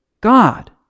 God